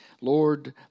Lord